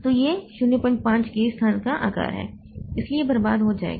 तो यह 05 k स्थान का हिस्सा है इसलिए यह बर्बाद हो जाएगा